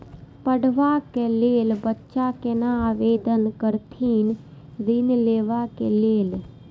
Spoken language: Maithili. पढ़वा कै लैल बच्चा कैना आवेदन करथिन ऋण लेवा के लेल?